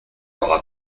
aura